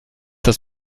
das